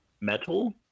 metal